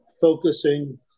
focusing